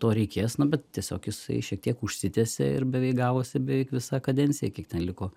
to reikės bet tiesiog jisai šiek tiek užsitęsė ir beveik gavosi beveik visa kadencija kiek ten liko